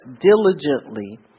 diligently